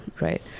right